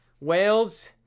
Wales